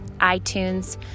iTunes